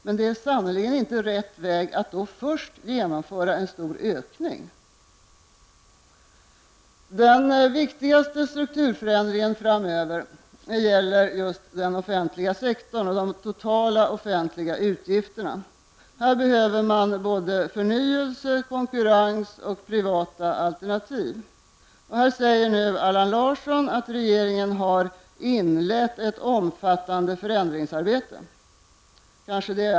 Men det är sannerligen inte rätt väg att först genomföra en stor ökning. Den viktigaste strukturförändringen framöver gäller just den offentliga sektorn, eller snarare de totala offentliga utgifterna. Där behövs både förnyelse, konkurrens och privata alternativ. Här säger Allan Larsson att regeringen har inlett ''ett omfattande förändringsarbete''. Kanske det.